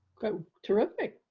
terrific.